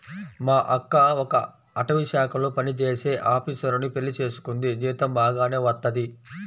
మా అక్క ఒక అటవీశాఖలో పనిజేసే ఆపీసరుని పెళ్లి చేసుకుంది, జీతం బాగానే వత్తది